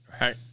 right